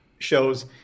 shows